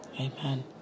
Amen